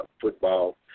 football